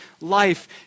life